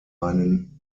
einen